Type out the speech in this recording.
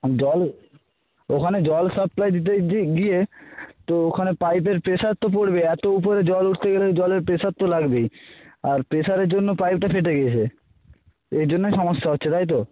জল ওখানে জল সাপ্লাই দিতে গিয়ে তো ওখানে পাইপের প্রেশার তো পড়বে এত উপরে জল উঠতে গেলে জলের প্রেশার তো লাগবেই আর প্রেশারের জন্য পাইপটা ফেটে গেছে এর জন্যই সমস্যা হচ্ছে তাই তো